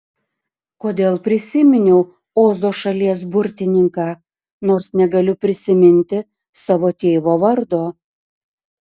kodėl prisiminiau ozo šalies burtininką nors negaliu prisiminti savo tėvo vardo